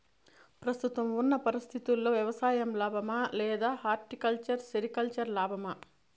ప్రస్తుతం ఉన్న పరిస్థితుల్లో వ్యవసాయం లాభమా? లేదా హార్టికల్చర్, సెరికల్చర్ లాభమా?